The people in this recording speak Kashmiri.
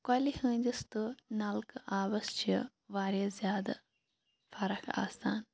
کۄلہِ ہٕنٛدِس تہٕ نَلقہٕ آبَس چھِ واریاہ زیادٕ فَرق آسان